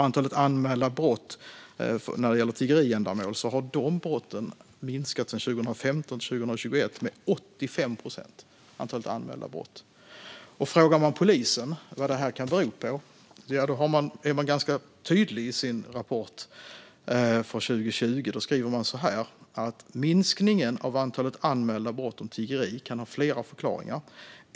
Antalet anmälda brott när det gäller tiggeriändamål har minskat med 85 procent mellan 2015 och 2021. Polisen är i sin rapport från 2020 ganska tydlig om vad detta kan bero på. Man skriver: Minskningen av antalet anmälda brott om tiggeri kan ha flera förklaringar.